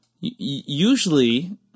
Usually